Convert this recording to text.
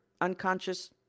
unconscious